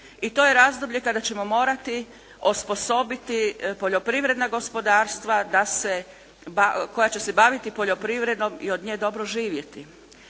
i to je razdoblje kada ćemo morati osposobiti poljoprivredna gospodarstva da se, koja će se baviti poljoprivredom i od nje dobro živjeti.